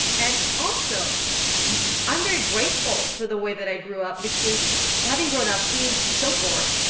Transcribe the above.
and also i'm very grateful for the way that i grew up because having grown up being so poor,